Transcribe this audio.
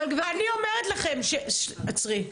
אני אומרת לכם --- אבל גברתי --- עצרי,